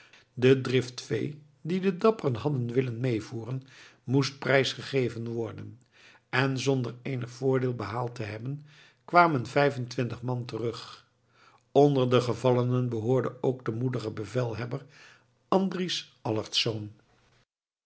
de drift vee die de dapperen hadden willen meevoeren moest prijs gegeven worden en zonder eenig voordeel behaald te hebben kwamen vijfentwintig man terug onder de gevallenen behoorde ook de moedige bevelhebber andries allertsz